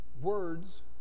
words